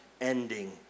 ending